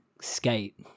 skate